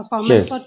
Yes